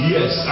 Yes